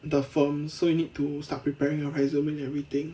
the firm so you need to start preparing your resume and everything